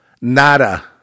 Nada